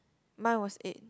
mine was eight